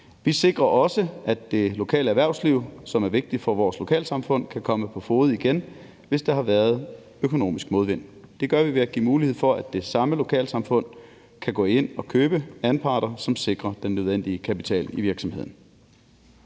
Vi sikrer også, at det lokale erhvervsliv, som er vigtigt for vores lokalsamfund, kan komme på fode igen, hvis der har været økonomisk modvind. Det gør vi ved at give mulighed for, at det samme lokalsamfund kan gå ind og købe anparter, som sikrer den nødvendige kaptial i virksomheden.